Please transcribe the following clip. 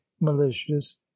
malicious